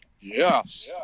Yes